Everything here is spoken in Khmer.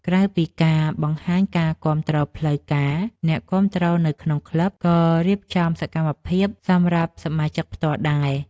ក្រៅពីការបង្ហាញការគាំទ្រផ្លូវការ អ្នកគាំទ្រនៅក្នុងក្លឹបក៏រៀបចំសកម្មភាពសម្រាប់សមាជិកផ្ទាល់ដែរ។